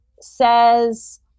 says